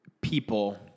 people